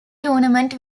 tournament